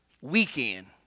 weekend